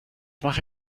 mache